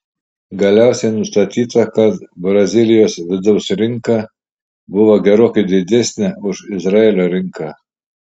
galiausiai nustatyta kad brazilijos vidaus rinka buvo gerokai didesnė už izraelio rinką